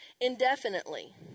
indefinitely